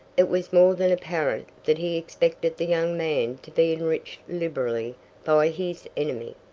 it was more than apparent that he expected the young man to be enriched liberally by his enemy.